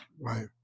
Right